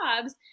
jobs